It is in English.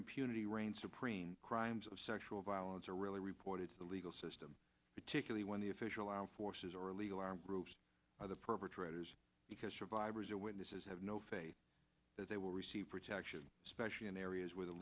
impunity reigns supreme crimes of sexual violence are really reported to the legal system particularly when the official armed forces or illegal armed groups are the perpetrators because survivors are witnesses have no faith that they will receive protection especially in areas where the